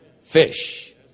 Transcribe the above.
fish